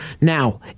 Now